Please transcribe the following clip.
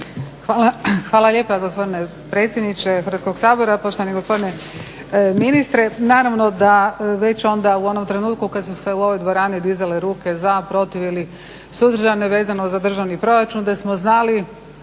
Hvala lijepa gospodine predsjedniče Hrvatskog sabora, poštovani gospodine ministre. Naravno da već onda u onom trenutku kad su se u ovoj dvorani dizale ruke za, protiv ili suzdržano vezano za državni proračun da smo znali